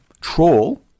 troll